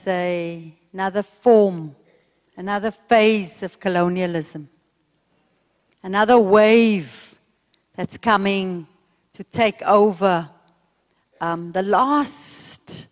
now the form another phase of colonialism another wave that's coming to take over the last